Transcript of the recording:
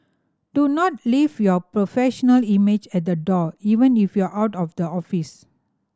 do not leave your professional image at the door even if you are out of the office